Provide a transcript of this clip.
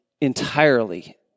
entirely